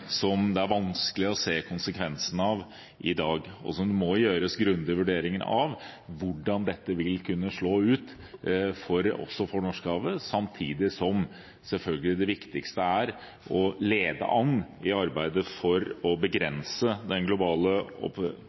som det er vanskelig å se konsekvensene av i dag. Det må gjøres grundige vurderinger av hvordan dette vil kunne slå ut også for Norskehavet, samtidig som det viktigste selvfølgelig er å lede an i arbeidet med å begrense den globale